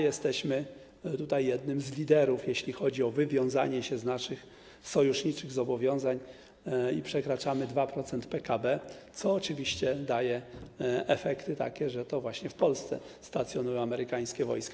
Jesteśmy jednym z liderów, jeśli chodzi o wywiązanie się z naszych sojuszniczych zobowiązań, i przekraczamy 2% PKB, co oczywiście daje takie efekty, że to właśnie w Polsce stacjonują amerykańskie wojska.